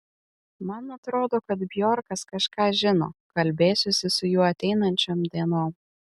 man atrodo kad bjorkas kažką žino kalbėsiuosi su juo ateinančiom dienom